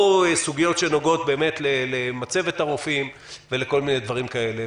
או סוגיות שנוגעות באמת למצבת הרופאים ולכל מיני דברים כאלה.